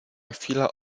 chwila